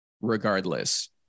regardless